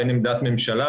אין עמדת ממשלה,